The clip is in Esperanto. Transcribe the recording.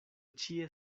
ĉie